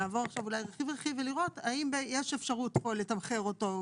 אולי נעבור עכשיו רכיב-רכיב ונראה האם יש אפשרות לתמחר אותו כרכיב.